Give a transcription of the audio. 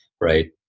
right